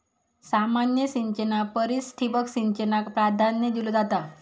सामान्य सिंचना परिस ठिबक सिंचनाक प्राधान्य दिलो जाता